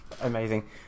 Amazing